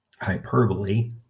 hyperbole